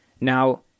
Now